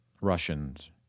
Russians